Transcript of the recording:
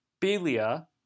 Belia